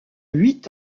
huit